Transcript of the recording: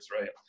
right